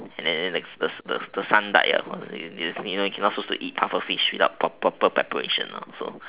and then the the son died you're you're not supposed to eat pufferfish without proper proper preparation lah so